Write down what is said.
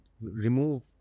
remove